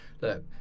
Look